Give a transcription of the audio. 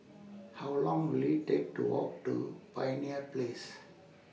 How Long Will IT Take to Walk to Pioneer Place